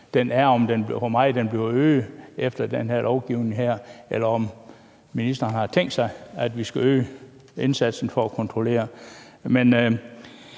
meget den bliver øget efter den her lovgivning. Eller om ministeren har tænkt sig, at vi skal øge indsatsen for at kontrollere. Med